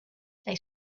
they